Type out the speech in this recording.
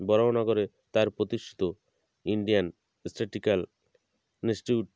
বরাহনগরে তার প্রতিষ্ঠিত Indian Statistical institute